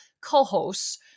co-hosts